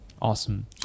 Awesome